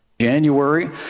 january